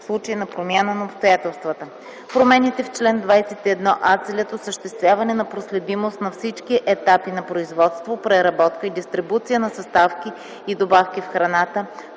в случай на промяна на обстоятелствата. Промените в чл. 21а целят осъществяване на проследимост на всички етапи на производство, преработка и дистрибуция на съставки и добавки в храната,